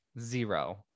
zero